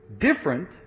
Different